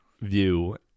view